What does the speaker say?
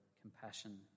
compassion